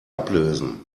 ablösen